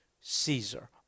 Caesar